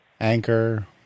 Anchor